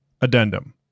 Addendum